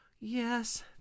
Yes